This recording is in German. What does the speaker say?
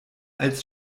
als